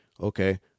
Okay